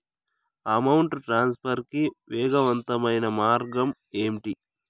amount transfer కి వేగవంతమైన మార్గం ఏంటి